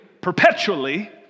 perpetually